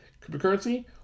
cryptocurrency